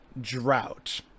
drought